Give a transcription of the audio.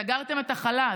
סגרתם את החל"ת,